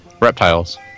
reptiles